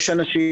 יש אנשים,